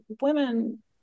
women